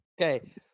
Okay